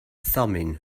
thummim